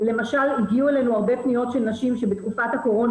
למשל הגיעו אלינו הרבה פניות של נשים שב תקופת הקורונה,